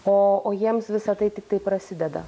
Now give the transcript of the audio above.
o o jiems visa tai tiktai prasideda